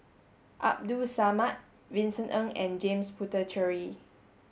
Abdul Samad Vincent Ng and James Puthucheary